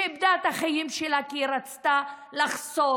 שאיבדה את החיים שלה כי רצתה לחשוף